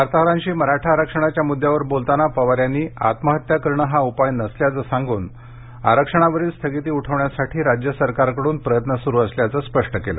वार्ताहरांशी मराठा आरक्षणाच्या मुद्द्यावर बोलताना पवार यांनी आत्महत्या करणं हा उपाय नसल्याचं सांगून आरक्षणावरील स्थगिती उठवण्यासाठी राज्य सरकारकडुन प्रयत्न सुरु असल्याचं स्पष्ट केलं